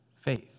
faith